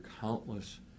countless